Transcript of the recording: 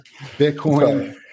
Bitcoin